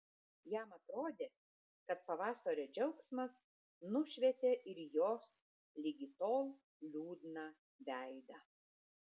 jam atrodė kad pavasario džiaugsmas nušvietė ir jos ligi tol liūdną veidą